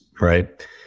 right